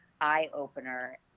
eye-opener